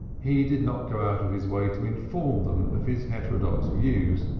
he did not go out of his way to inform them of his heterodox views,